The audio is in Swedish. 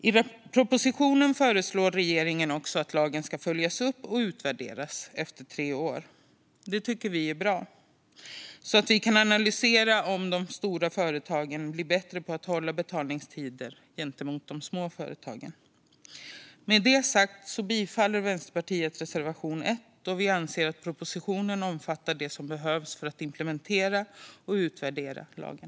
I propositionen föreslår regeringen också att lagen ska följas upp och utvärderas efter tre år, och det tycker vi är bra. På så sätt kan vi analysera om de stora företagen blir bättre på att hålla betalningstiderna gentemot de små företagen. Med det sagt yrkar jag och Vänsterpartiet bifall till reservation 1, då vi anser att propositionen omfattar det som behövs för att implementera och utvärdera lagen.